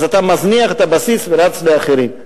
אז אתה מזניח את הבסיס ורץ לאחרים.